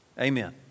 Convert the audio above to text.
Amen